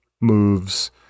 moves